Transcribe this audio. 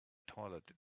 toilet